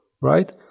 right